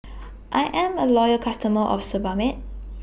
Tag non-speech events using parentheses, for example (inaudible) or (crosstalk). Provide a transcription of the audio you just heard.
(noise) I Am A Loyal customer of Sebamed